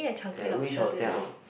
at which hotel